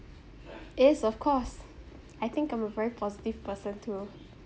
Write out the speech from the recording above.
yes of course I think I'm a very positive person too